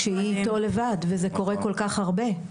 כשהיא איתו לבד וזה קורה כל כך הרבה.